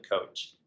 coach